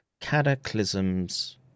cataclysms